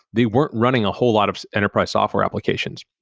they weren't running a whole lot of enterprise software applications.